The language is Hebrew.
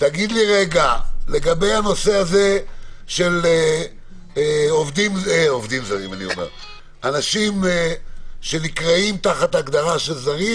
לגבי הנושא הזה של אנשים שנקראים "זרים"